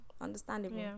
Understandable